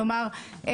כלומר,